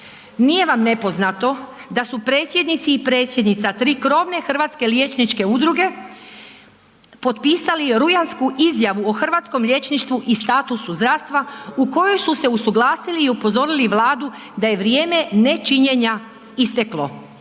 Nije vam nepoznato da su predsjednici i Predsjednica, tri krovne hrvatske liječničke udruge potpisali rujansku izjavu o hrvatskom liječništvu i statusu zdravstva u kojoj su se usuglasili i upozorili Vladu da je vrijeme nečinjenja isteklo